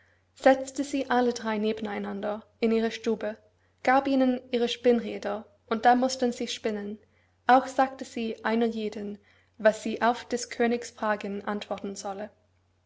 setzte sie alle drei nebeneinander in ihre stube gab ihnen ihre spinnräder und da mußten sie spinnen auch sagte sie einer jeden was sie auf des königs fragen antworten solle